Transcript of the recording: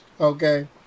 okay